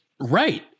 Right